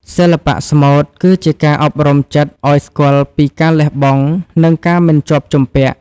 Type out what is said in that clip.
សិល្បៈស្មូតគឺជាការអប់រំចិត្តឱ្យស្គាល់ពីការលះបង់ និងការមិនជាប់ជំពាក់។